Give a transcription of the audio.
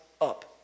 up